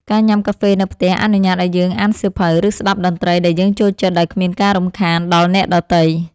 ការញ៉ាំកាហ្វេនៅផ្ទះអនុញ្ញាតឱ្យយើងអានសៀវភៅ ឬស្ដាប់តន្ត្រីដែលយើងចូលចិត្តដោយគ្មានការរំខានដល់អ្នកដទៃ។